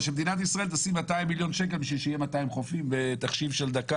שמדינת ישראל תשים 200 מיליון שקלים בשביל שיהיו 200 חופים בתחשיב של דקה